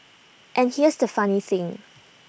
and here's the funny thing